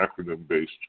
acronym-based